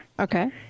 Okay